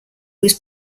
was